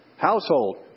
household